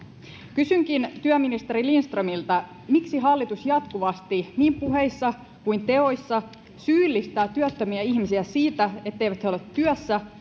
kysynkin työministeri lindströmiltä miksi hallitus jatkuvasti niin puheissa kuin teoissa syyllistää työttömiä ihmisiä siitä etteivät he ole työssä